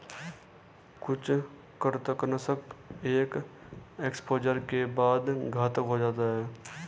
कुछ कृंतकनाशक एक एक्सपोजर के बाद घातक हो जाते है